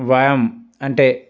వ్యాయామం అంటే